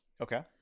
Okay